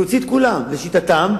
להוציא את כולם, לשיטתם,